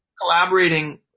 collaborating